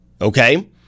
Okay